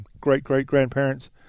great-great-grandparents